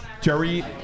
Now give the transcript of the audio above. Jerry